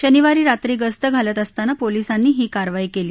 शनिवारी रात्री गस्त घालत असताना पोलीसांनी ही कारवाई केली